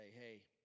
hey